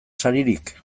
saririk